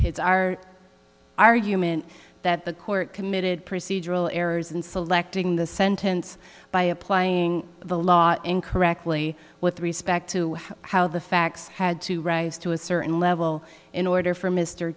our argument that the court committed procedural errors in selecting the sentence by applying the law incorrectly with respect to how the facts had to rise to a certain level in order for m